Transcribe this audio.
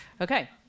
Okay